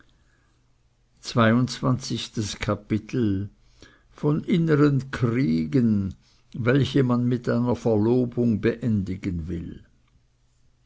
zweiundzwanzigstes kapitel von innern kriegen welche man mit einer verlobung beendigen will